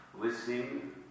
listening